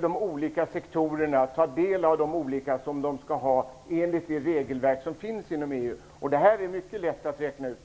de olika sektorerna till del, så att de får det de skall ha enligt det regelverk som finns inom EU. Det här är mycket lätt att räkna ut.